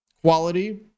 quality